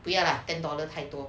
不要了 ten dollar 太多